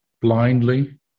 blindly